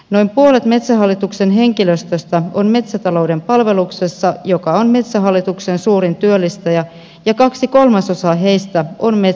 noin puolet metsähallituksen henkilöstöstä on metsätalouden palveluksessa joka on metsähallituksen suurin työllistäjä ja kaksi kolmasosaa heistä on metsureita